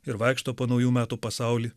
ir vaikšto po naujų metų pasaulį